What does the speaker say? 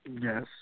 Yes